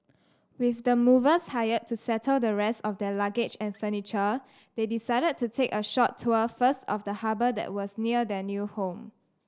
with the movers hired to settle the rest of their luggage and furniture they decided to take a short tour first of the harbour that was near their new home